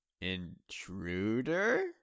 Intruder